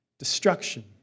destruction